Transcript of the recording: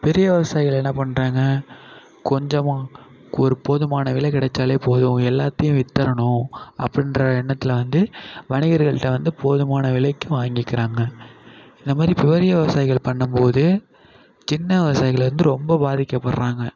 பெரிய விவசாயிகள் என்ன பண்றாங்க கொஞ்சமாக ஒரு போதுமான விலை கிடைத்தாலே போதும் எல்லாத்தையும் வித்துடணும் அப்படின்ற எண்ணத்தில் வந்து வணிகர்கள்கிட்ட வந்து போதுமான விலைக்கு வாங்கிக்கிறாங்க இந்த மாதிரி பெரிய விவசாயிகள் பண்ணும் போது சின்ன விவசாயிகள் வந்து ரொம்ப பாதிக்கப்படுறாங்க